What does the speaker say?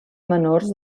menors